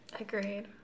Agreed